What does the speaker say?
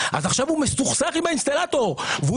אז עכשיו הוא מסוכסך עם האינסטלטור והוא